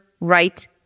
right